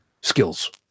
skills